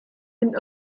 and